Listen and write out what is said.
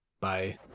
Bye